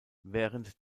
während